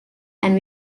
and